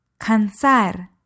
Cansar